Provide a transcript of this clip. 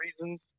reasons